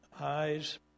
eyes